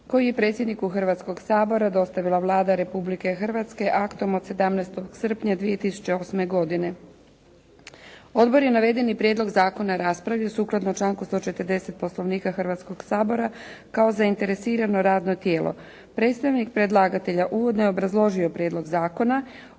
koji je predsjedniku Hrvatskog sabora dostavila Vlada Republike Hrvatske aktom od 17. srpnja 2008. godine. Odbor je navedeni prijedlog zakona raspravio sukladno članku 140. Poslovnika Hrvatskog sabora kao zainteresirano radno tijelo. Predstavnik predlagatelja uvodno je obrazložio prijedlog zakona: